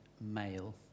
male